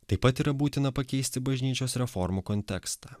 taip pat yra būtina pakeisti bažnyčios reformų kontekstą